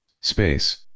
Space